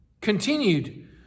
continued